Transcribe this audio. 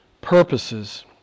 purposes